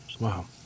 wow